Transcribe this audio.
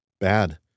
Bad